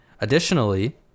additionally